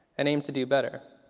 and aim to do better.